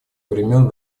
времен